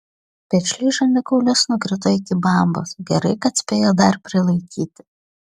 piršliui žandikaulis nukrito iki bambos gerai kad spėjo dar prilaikyti